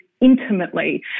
intimately